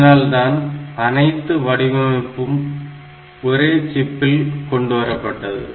இதனால்தான் அனைத்து வடிவமைப்பும் ஒரே சிப்பில் கொண்டுவரப்பட்டது